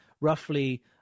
roughly